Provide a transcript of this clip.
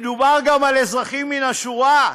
מדובר גם על אזרחים מן השורה.